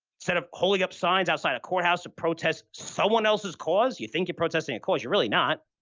instead of holding up signs outside a courthouse to protest someone else's cause, you think you're protesting a cause, you're really not,